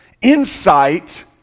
insight